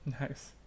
Nice